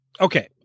okay